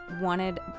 wanted